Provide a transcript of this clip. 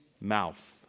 mouth